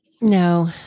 No